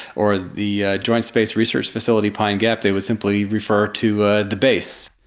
or the joint space research facility pine gap, they would simply refer to ah the base.